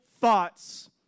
thoughts